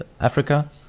Africa